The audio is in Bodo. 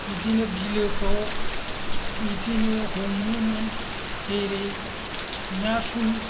बिदिनो बिलोफोराव बिदिनो हमोमोन जेरै ना सुल